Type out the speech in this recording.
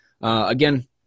Again